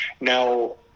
Now